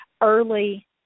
early